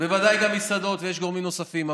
ובוודאי גם על המסעדות, ויש גורמים נוספים.